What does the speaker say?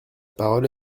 parole